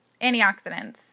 antioxidants